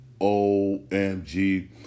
OMG